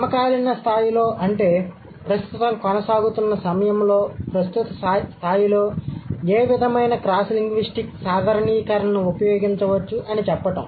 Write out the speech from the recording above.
సమకాలీన స్థాయిలో అంటే ప్రస్తుతం కొనసాగుతున్న సమయంలో ప్రస్తుత స్థాయిలో ఏ విధమైన క్రాస్ లింగ్విస్టిక్ సాధారణీకరణను ఉపయోగించవచ్చు అని చెప్పటం